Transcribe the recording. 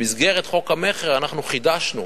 במסגרת חוק המכר, אנחנו חידשנו.